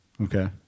Okay